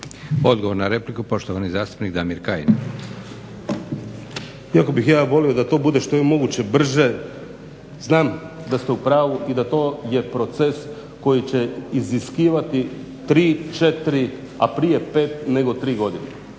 Odgovor na repliku poštovani zastupnik Damir Kajin. **Kajin, Damir (Nezavisni)** Iako bih ja volio da to bude što je moguće brže, znam da ste u pravu i da je to proces koji će iziskivati 3, 4 a prije 5 nego 3 godine